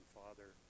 father